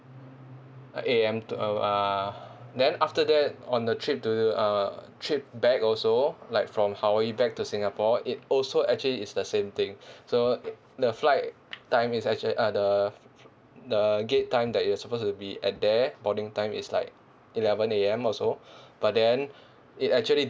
A_M to um uh then after that on the trip to the uh trip back also like from hawaii back to singapore it also actually is the same thing so the flight time is actually uh the the gate time that you're supposed to be at there boarding time is like eleven A_M also but then it actually